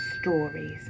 Stories